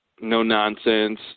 no-nonsense